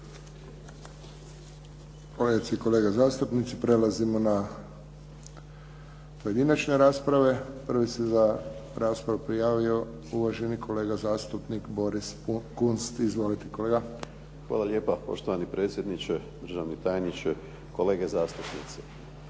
Hvala lijepa. Poštovani potpredsjedniče, državni tajniče, kolege zastupnici.